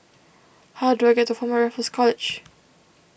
how do I get to Former Raffles College